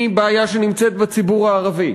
היא בעיה שנמצאת בציבור הערבי,